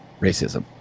racism